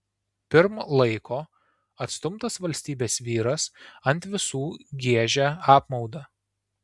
pirm laiko atstumtas valstybės vyras ant visų giežia apmaudą